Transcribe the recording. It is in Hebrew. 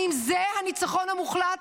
האם זה הניצחון המוחלט,